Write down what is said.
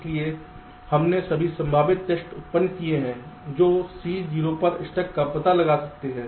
इसलिए हमने सभी संभावित टेस्ट उत्पन्न किए हैं जो C 0 पर स्टक का पता लगा सकते हैं